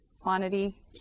quantity